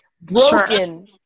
broken